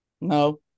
No